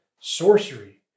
sorcery